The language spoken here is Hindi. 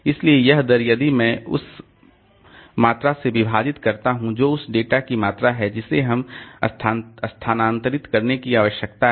इसलिए वह दर यदि मैं उस मात्रा से विभाजित करता हूं जो उस डेटा की मात्रा है जिसे हमें स्थानांतरित करने की आवश्यकता है